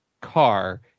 car